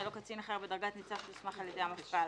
או קצין אחר בדרגת ניצב שהוסמך על ידי המפכ"ל.